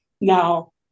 Now